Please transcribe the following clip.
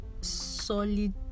solid